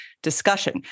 discussion